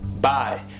bye